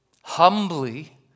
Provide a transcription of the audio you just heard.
humbly